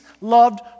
loved